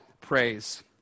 praise